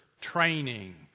training